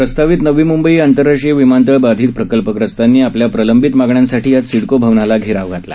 प्रस्तावित नवी मंबई आंतरराष्ट्रीय विमानतळ बाधित प्रकल्पग्रस्तांनी आपल्या प्रलंबित मागण्यांसाठी आज सिडको भवनला घेराव घातला